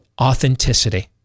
authenticity